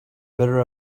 better